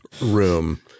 room